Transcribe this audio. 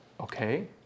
Okay